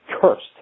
cursed